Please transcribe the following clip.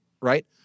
right